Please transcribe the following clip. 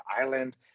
Island